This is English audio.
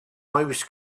mouse